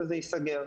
וזה ייסגר.